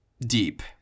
deep